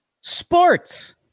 sports